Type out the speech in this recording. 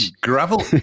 Gravel